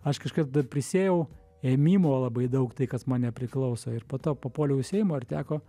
aš kažką dar prisėjau ėmimo labai daug tai kas man nepriklauso ir po to papuoliau į seimą ir teko